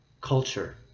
culture